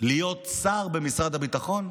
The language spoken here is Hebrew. להיות שר במשרד הביטחון,